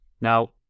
Now